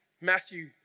Matthew